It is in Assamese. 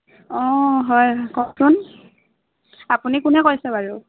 অঁ হয় কওকচোন আপুনি কোনে কৈছে বাৰু